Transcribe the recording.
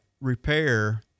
repair